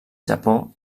japó